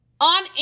on